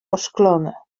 oszklone